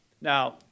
Now